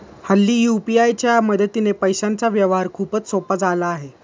हल्ली यू.पी.आय च्या मदतीने पैशांचा व्यवहार खूपच सोपा झाला आहे